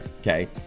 Okay